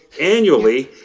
annually